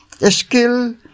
skill